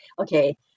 Okay